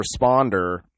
responder